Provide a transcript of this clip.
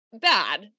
bad